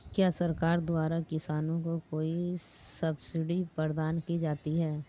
क्या सरकार द्वारा किसानों को कोई सब्सिडी प्रदान की जाती है?